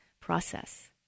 process